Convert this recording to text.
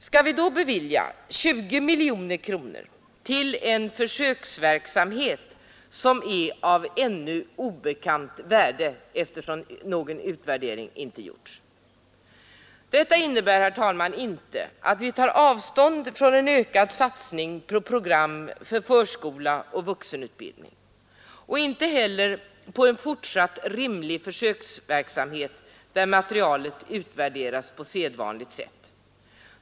Skall vi då bevilja 20 miljoner kronor till en försöksverksamhet, som är av ännu obekant värde, eftersom någon utvärdering inte gjorts? Detta innebär inte, herr talman, att vi tar avstånd från en ökad satsning på program för förskola och vuxenutbildning och inte heller på en fortsatt rimlig försöksverksamhet, där materialet utvärderas på sedvanligt sätt.